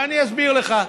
ואני אסביר לך.